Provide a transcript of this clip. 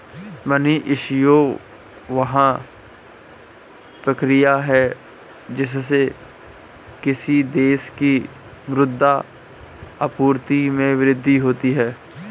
money issue, वह प्रक्रिया है जिससे किसी देश की मुद्रा आपूर्ति में वृद्धि होती है